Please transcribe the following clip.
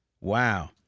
Wow